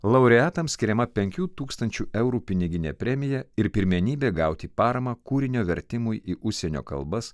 laureatam skiriama penkių tūkstančių eurų piniginė premija ir pirmenybė gauti paramą kūrinio vertimui į užsienio kalbas